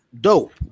dope